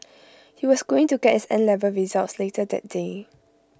he was going to get his N level results later that day